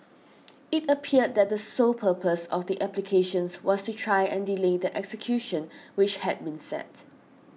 it appeared that the sole purpose of the applications was to try and delay the execution which had been set